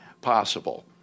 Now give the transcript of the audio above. possible